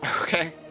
Okay